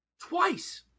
twice